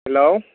hello